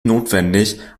notwendig